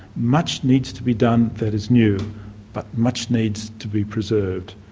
much needs to be done that is new but much needs to be preserved.